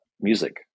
music